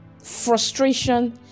frustration